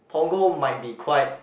Punggol might be quite